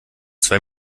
zwei